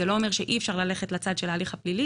זה לא אומר שאי-אפשר ללכת לצד של ההליך הפלילי